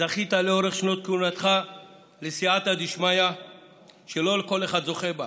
זכית לאורך שנות כהונתך לסייעתא דשמיא שלא כל אחד זוכה לה,